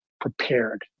prepared